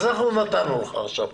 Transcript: אנחנו נתנו לך עכשיו.